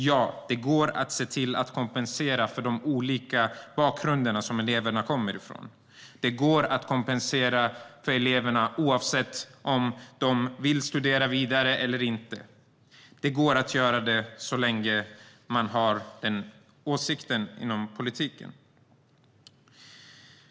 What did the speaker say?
Ja, det går att kompensera för elevernas olika bakgrund. Ja, det fungerar oavsett om eleverna vill studera vidare eller inte. Det går att göra detta så länge man har den åsikten inom politiken.